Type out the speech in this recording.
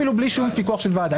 אפילו בלי שום פיקוח של ועדה.